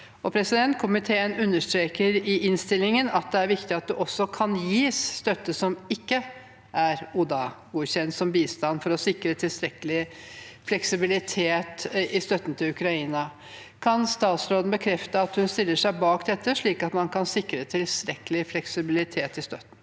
formål. Komiteen understreker i innstillingen at det er viktig at det også kan gis støtte som ikke er ODA-godkjent som bistand, for å sikre tilstrekkelig fleksibilitet i støtten til Ukraina. Kan statsråden bekrefte at hun stiller seg bak dette, slik at man kan sikre tilstrekkelig fleksibilitet i støtten?